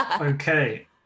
Okay